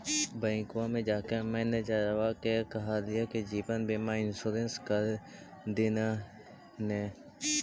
बैंकवा मे जाके मैनेजरवा के कहलिऐ कि जिवनबिमा इंश्योरेंस कर दिन ने?